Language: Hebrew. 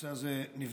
שהנושא הזה נבדק,